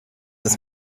ist